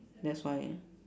that's why